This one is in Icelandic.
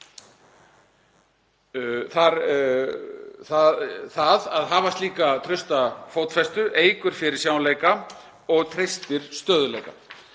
Það að hafa slíka trausta fótfestu eykur fyrirsjáanleika og treystir stöðugleika.